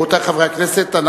רבותי חברי הכנסת,